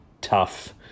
tough